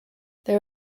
there